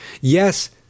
Yes